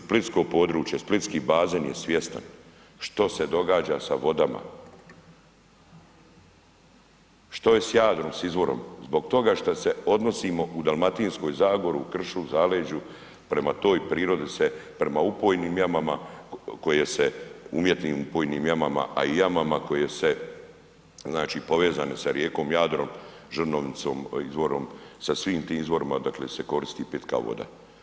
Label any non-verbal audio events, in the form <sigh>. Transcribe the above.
Splitsko područje, splitski bazen je svjestan što se događa sa vodama, što je s Jadrom, s izvorom, zbog toga što se odnosimo u Dalmatinsku zagoru u kršu, u zaleđu, prema toj prirodi se prema upojnim jamama koje se umjetnim ... <unintelligible> jamama, a i jamama koje se povezane sa rijekom Jadrom, Žrnovnicom izvorom, sa svim tim izvorima se koristi pitka voda.